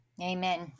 Amen